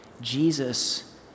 Jesus